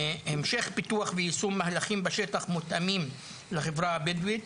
המשך פיתוח ויישומים מהלכים בשטח מותאמים לחברה הבדואית,